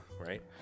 right